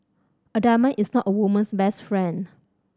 a diamond is not a woman's best friend